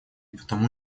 потому